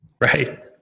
Right